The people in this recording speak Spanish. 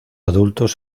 adultos